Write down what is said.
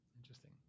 Interesting